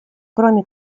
кроме